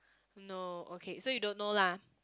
no okay so you don't know lah